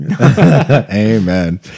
Amen